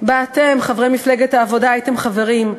שבה אתם, חברי מפלגת העבודה, הייתם חברים,